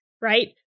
Right